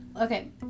Okay